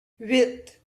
huit